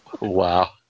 Wow